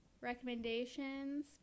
recommendations